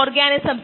ഇതാണ് പ്രോബ്ലം